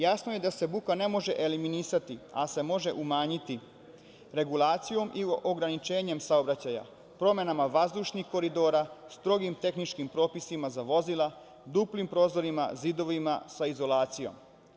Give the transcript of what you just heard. Jasno je da se buka ne može eliminisati ali se može umanjiti regulacijom i ograničenjem saobraćaja, promenama vazdušnih koridora, strogim tehničkim propisima za vozila, duplim prozorima, zidovima sa izolacijom.